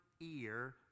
ear